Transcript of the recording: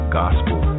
gospel